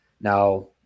Now